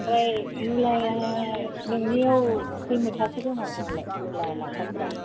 ओमफ्राय मुलाया नोंनियाव खै मुथासो दङ दालाय मुला लाफाफ्रा